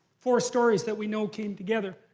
four stories that we know came together.